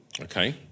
Okay